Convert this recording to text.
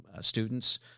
students